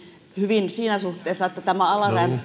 siinä suhteessa että tämä